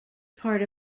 part